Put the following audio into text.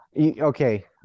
Okay